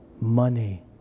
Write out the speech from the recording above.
money